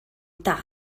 dad